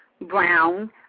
Brown